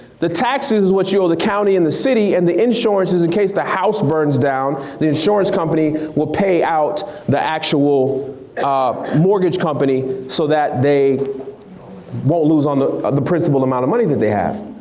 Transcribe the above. the taxes is what you owe the county and the city. and the insurance is in case the house burns down. the insurance company will pay out the actual mortgage company so that they won't lose on the the principal amount of money that they have.